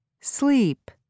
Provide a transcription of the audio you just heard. Sleep